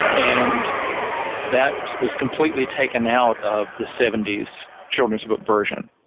and that was completely taken out of the seventy s children's book version.